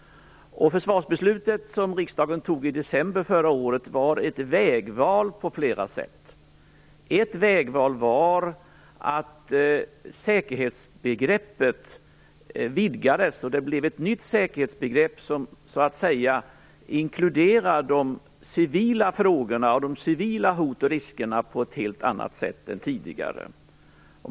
Försvarsbeslutet som riksdagen fattade i december förra året var på flera sätt ett vägval. Ett vägval var att säkerhetsbegreppet vidgades och det blev ett nytt säkerhetsbegrepp som så att säga inkluderar de civila frågorna och de civila hoten och riskerna på ett helt annat sätt än tidigare.